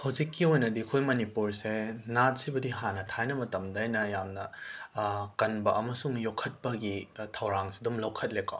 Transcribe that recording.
ꯍꯧꯖꯤꯛꯀꯤ ꯑꯣꯏꯅꯗꯤ ꯑꯩꯈꯣꯏ ꯃꯅꯤꯄꯨꯔꯁꯦ ꯅꯥꯠꯁꯤꯕꯨꯗꯤ ꯍꯥꯟꯅ ꯊꯥꯏꯅ ꯃꯇꯝꯗꯒꯤꯅ ꯌꯥꯝꯅ ꯀꯟꯕ ꯑꯃꯁꯨꯡ ꯌꯣꯛꯈꯠꯄꯒꯤ ꯊꯧꯔꯥꯡꯁꯦ ꯑꯗꯨꯝ ꯂꯧꯈꯠꯂꯦꯀꯣ